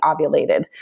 ovulated